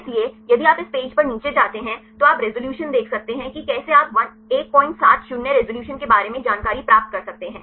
इसलिए यदि आप इस पेज पर नीचे जाते हैं तो आप रिज़ॉल्यूशन देख सकते हैं कि कैसे आप 170 रिज़ॉल्यूशन के बारे में जानकारी प्राप्त कर सकते हैं